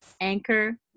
Anchor